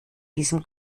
diesem